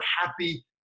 happy